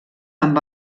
amb